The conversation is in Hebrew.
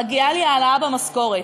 מגיעה לי העלאה במשכורת.